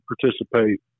participate